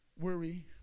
Worry